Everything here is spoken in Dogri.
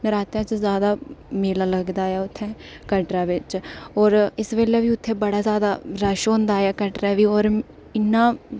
नरातें च जादा मेला लगदा ऐ उत्थै कटरा बिच इसलै बी उत्थें बड़ा जादा रश होंदा कटरे बी होर इ'न्ना